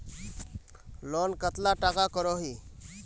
Loan कतला टाका करोही?